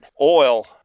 oil